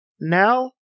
Now